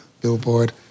Billboard